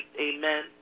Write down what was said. Amen